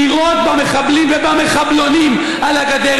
לירות במחבלים ובמחבלונים על הגדר.